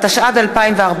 התשע"ד 2014,